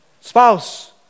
Spouse